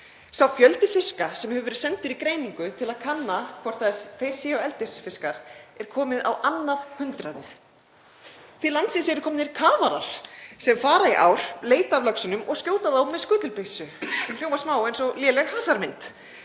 Sá fjöldi fiska sem hafa verið sendir í greiningu til að kanna hvort þeir séu eldisfiskar er kominn á annað hundrað. Til landsins eru komnir kafarar sem fara í ár, leita að laxinum og skjóta með skutulbyssu, sem hljómar smá eins og léleg hasarmynd.